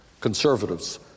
conservatives